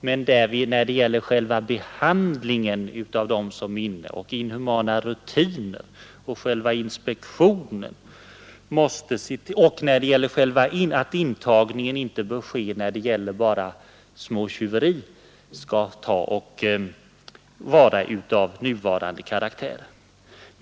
Men behandlingen av de intagna, inhumana rutiner och själva inspektionen måste ses över. Intagning bör inte ske av sådana som bara begått småtjuveri.